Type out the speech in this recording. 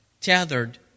tethered